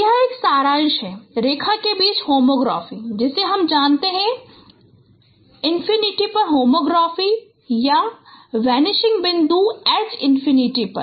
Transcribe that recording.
तो यह एक सारांश है रेखा के बीच होमोग्राफी जिसे हम जानते हैं इन्फिनिटी पर होमोग्राफी पर वानिशिंग बिंदु H इन्फिनिटी